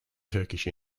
turkish